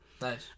Nice